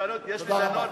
תודה רבה.